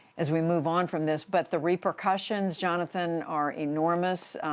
as we move on from this. but the repercussions, jonathan, are enormous,